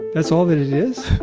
that's all that it is.